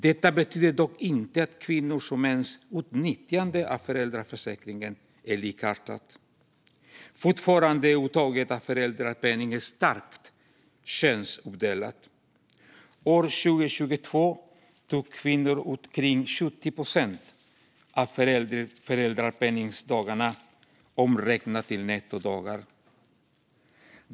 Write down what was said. Detta betyder dock inte att kvinnors och mäns utnyttjande av föräldrapenningen är likartat. Fortfarande är uttaget av föräldrapenning starkt könsuppdelat. År 2022 tog kvinnor ut omkring 70 procent av föräldrapenningdagarna, omräknat till nettodagar.